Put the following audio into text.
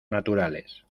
naturales